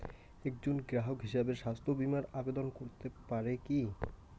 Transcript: একজন গ্রাহক হিসাবে স্বাস্থ্য বিমার আবেদন করতে পারি কি?